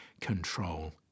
control